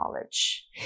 knowledge